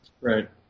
Right